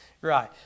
Right